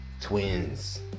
twins